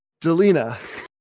Delina